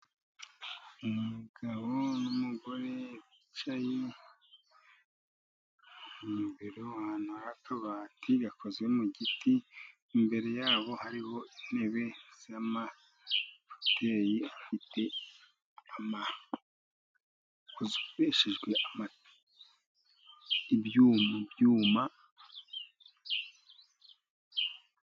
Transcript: Umugabo n'umugore bicaye mu biro, aahantu hari akabati gakozwe mu giti, imbere yabo. Hariho intebe z'amafoteyi zifite ama... zikoreshejwe ibyuma mu byuma..